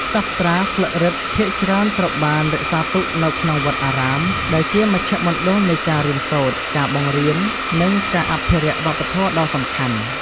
សាស្រ្តាស្លឹករឹតភាគច្រើនត្រូវបានរក្សាទុកនៅក្នុងវត្តអារាម ដែលជាមជ្ឈមណ្ឌលនៃការរៀនសូត្រ ការបង្រៀន និងការអភិរក្សវប្បធម៌ដ៏សំខាន់។